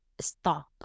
stop